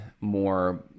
more